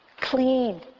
clean